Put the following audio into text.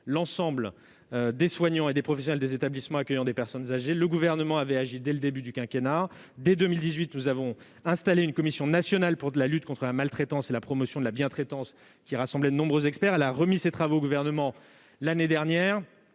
l'ensemble des soignants et des professionnels des établissements accueillant des personnes âgées. Dès 2018, nous avons installé une commission nationale pour la lutte contre la maltraitance et la promotion de la bientraitance, qui rassemblait de nombreux experts. Elle a remis ses travaux au Gouvernement l'année dernière,